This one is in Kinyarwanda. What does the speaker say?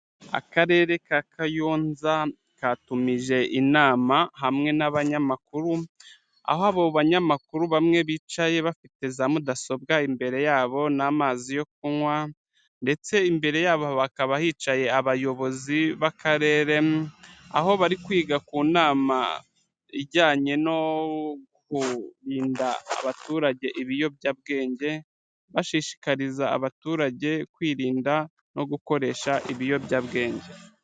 Akarere ka Kayonza katumije inama hamwe n'abanyamakuru aho abo banyamakuru bamwe bicaye bafite za mudasobwa imbere yabo n'amazi yo kunywa ndetse imbere yabo bakaba hicaye abayobozi b'akarere, aho bari kwiga ku nama ijyanye no kurinda abaturage ibiyobyabwenge bashishikariza abaturage kwirinda no gukoresha ibiyobyabwenge.